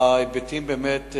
ההיבטים הם באמת,